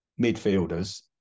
midfielders